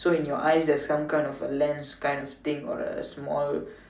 so in your eyes there's some kind of a lens kind of thing or a small